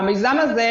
המיזם הזה,